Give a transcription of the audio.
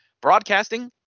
broadcasting